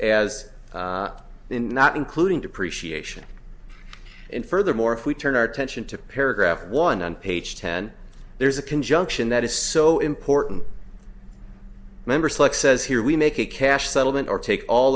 in not including depreciation and furthermore if we turn our attention to paragraph one on page ten there's a conjunction that is so important members like says here we make a cash settlement or take all